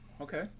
Okay